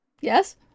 Yes